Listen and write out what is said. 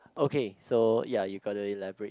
okay so ya you got to elaborate